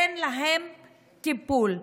אין להם טיפול.